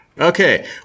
Okay